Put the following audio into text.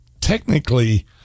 technically